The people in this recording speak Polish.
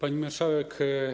Pani Marszałek!